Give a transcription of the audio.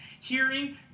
hearing